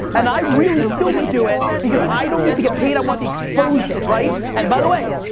and i really still would do it because i don't need to get paid, i want the exposure, right? and by the way,